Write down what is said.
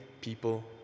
people